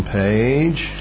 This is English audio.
page